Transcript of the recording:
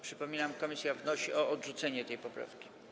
Przypominam, że komisja wnosi o odrzucenie tej poprawki.